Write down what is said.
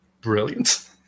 brilliant